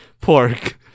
pork